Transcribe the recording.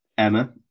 Emma